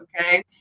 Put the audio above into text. Okay